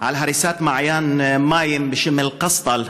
על הריסת מעיין מים בשם אל-קסטל,